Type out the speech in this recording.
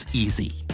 easy